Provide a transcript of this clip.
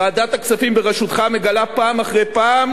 ועדת הכספים בראשותך מגלה פעם אחרי פעם